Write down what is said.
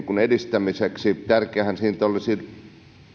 edistämiseksi tärkeäähän siinä olisi